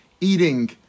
eating